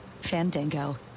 Fandango